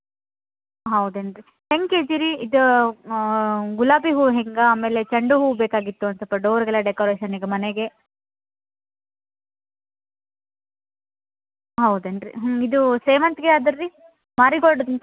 ಹಾಂ ಮಾಡಿ ಕೊಡ್ತೀರ ಅದೂ ಮಾಡಿ ಕೊಡ್ತಾರೆ ಅದಾರೆ ನಮ್ಮ ಕಡೆ ಹಾಂ ಅದನ್ನು ಮಾಡ್ಕೊಡ್ತಾರೆ ಅದರದ್ದೆಲ್ಲ ಬೇರೆ ಬೇರೆ ಚಾರ್ಜ್ ಆಗುತ್ತೆ ಅದನ್ನ ನೋಡಿ ವಿಚಾರ ಮಾಡಿ ಹೇಳಬೇಕ್ರಿ ಅದು ಹ್ಯಾಂಗ ಏನು ಯಾವ ಟೈಪ್ ಮಾಡಬೇಕ ಅದರ ಮೇಲಿಂದ ಇರುತ್ತೆ ಅದು ಚಾರ್ಜ್ ಅದೇ ಈಗ ಸಡನ್ನಾಗಿ ಹೇಳೋಕ್ಕಾಗೋದಿಲ್ಲ